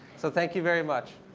so thank you very much.